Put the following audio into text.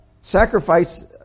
sacrifice